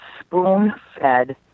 spoon-fed